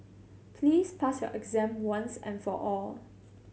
please pass your exam once and for all